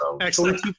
Excellent